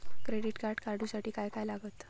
Credit card काढूसाठी काय काय लागत?